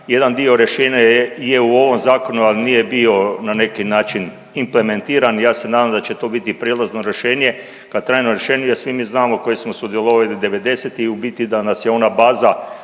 Jedan dio rješenja je u ovom zakonu ali nije bio na neki način implementiran, ja se nadam da će to biti prijelazno rješenje ka trajnom rješenju jer svi mi znamo koji smo sudjelovali '90-ih u biti da nas je ona baza